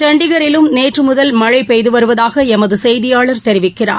சண்டிகரிலும் நேற்று முதல் மழை பெய்து வருவதாக எமது செய்தியாளர் தெரிவிக்கிறார்